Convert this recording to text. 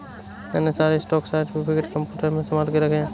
मैंने सारे stock certificate computer में संभाल के रखे हैं